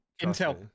Intel